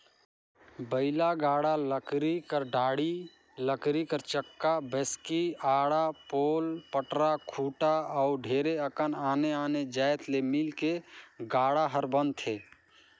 बइला गाड़ा लकरी कर डाड़ी, लकरी कर चक्का, बैसकी, आड़ा, पोल, पटरा, खूटा अउ ढेरे अकन आने आने जाएत ले मिलके गाड़ा हर बनथे